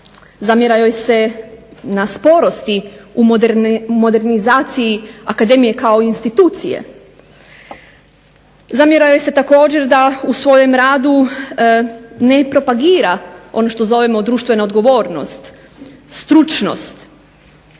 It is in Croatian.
zamjera joj se na sporosti u modernizaciji akademije kao institucije. Zamjera joj se također da u svojem radu ne propagira ono što zovemo društvena odgovornost, stručnost,